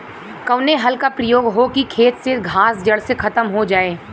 कवने हल क प्रयोग हो कि खेत से घास जड़ से खतम हो जाए?